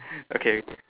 okay